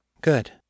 Good